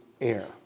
Air